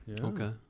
Okay